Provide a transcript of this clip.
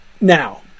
Now